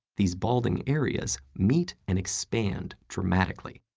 these balding areas meet and expand dramatically,